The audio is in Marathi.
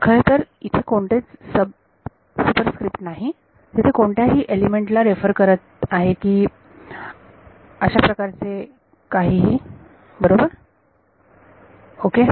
खरतर इथे कोणतेच सब सुपरस्क्रिप्ट नाही तिथे कोणत्याही एलिमेंट ला रेफर करत आहे की अशा प्रकारचे काहीही बरोबर ओके